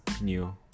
new